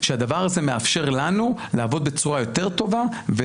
שהדבר הזה מאפשר לנו לעבוד בצורה יותר טובה.